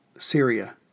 Syria